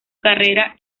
carrera